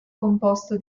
composto